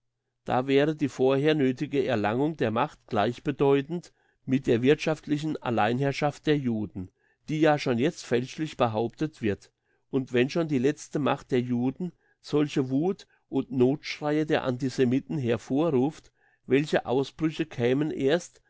da wäre die vorher nöthige erlangung der macht gleichbedeutend mit der wirthschaftlichen alleinherrschaft der juden die ja schon jetzt fälschlich behauptet wird und wenn schon die jetzige macht der juden solche wuth und nothschreie der antisemiten hervorruft welche ausbrüche kämen erst